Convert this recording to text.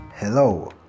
Hello